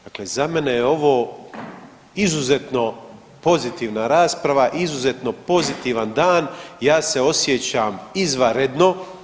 Dakle, za mene je ovo izuzetno pozitivna rasprava i izuzetno pozitivan dan, ja se osjećam izvanredno.